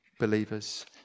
believers